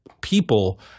people